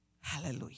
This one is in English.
Hallelujah